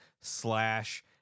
slash